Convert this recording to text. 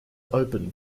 open